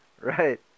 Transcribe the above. right